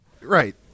Right